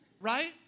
right